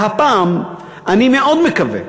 והפעם אני מאוד מקווה